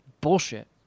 Bullshit